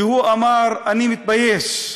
שאמר: אני מתבייש,